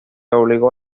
obligó